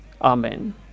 Amen